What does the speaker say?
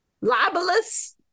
libelous